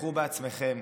ותיווכחו בעצמכם.